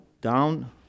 down